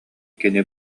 кини